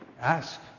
Ask